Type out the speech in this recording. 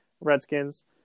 Redskins